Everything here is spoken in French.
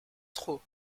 trop